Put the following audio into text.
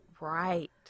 right